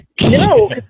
No